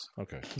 Okay